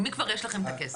ממי כבר יש לכם הכסף?